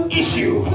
issue